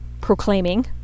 proclaiming